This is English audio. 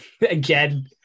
Again